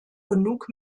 genug